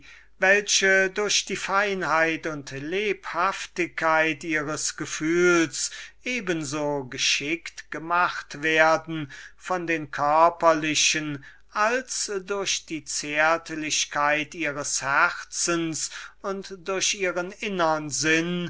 welche durch die feinheit und lebhaftigkeit ihres gefühls eben so geschickt gemacht werden von den physikalischen als durch die zärtlichkeit ihres herzens oder durch ihren innerlichen sinn